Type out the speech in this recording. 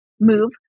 move